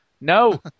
No